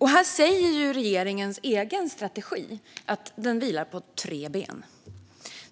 Här säger regeringens egen strategi att den vilar på tre ben.